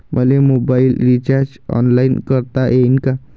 मले mobile recharge online करता येईन का?